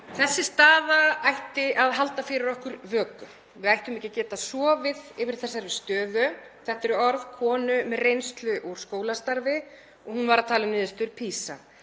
Þessi staða ætti að halda fyrir okkur vöku. Við ættum ekki að geta sofið yfir þessari stöðu. Þetta eru orð konu með reynslu úr skólastarfi og hún var að tala um niðurstöður PISA.